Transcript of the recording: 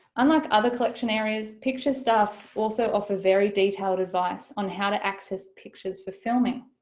unlike other collection areas pictures staff also offer very detailed advice on how to access pictures for filming.